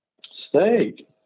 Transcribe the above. Steak